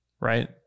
right